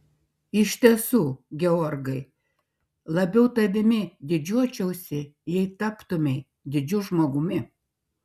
iš tiesų georgai labiau tavimi didžiuočiausi jei taptumei didžiu žmogumi